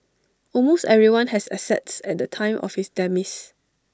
almost everyone has assets at the time of his demise